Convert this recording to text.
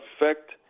effect